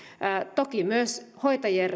toki myös hoitajien